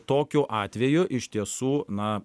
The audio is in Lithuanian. tokiu atveju iš tiesų na